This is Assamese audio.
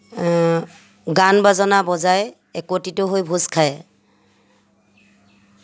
গান বাজানা বজাই একত্ৰিত হৈ ভোজ খায়